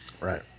Right